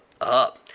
up